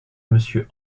monsieur